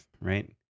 right